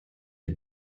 die